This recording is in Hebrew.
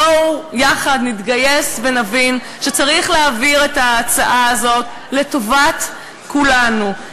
בואו נתגייס יחד ונבין שצריך להעביר את ההצעה הזאת לטובת כולנו,